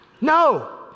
No